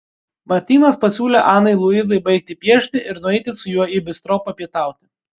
martynas pasiūlė anai luizai baigti piešti ir nueiti su juo į bistro papietauti